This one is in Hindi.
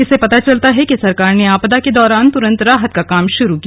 इससे पता चलता है कि सरकार ने आपदा के दौरान तुरंत राहत का काम शुरू किया